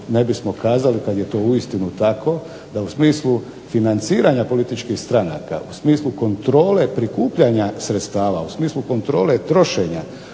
ne bismo kazali kad je to uistinu tako, da u smislu financiranja političkih stranaka, u smislu kontrole prikupljanja sredstava, u smislu kontrole trošenja